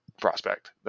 prospect